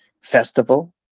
festival